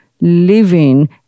living